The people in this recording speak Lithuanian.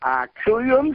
ačiū jums